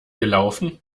gelaufen